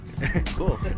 cool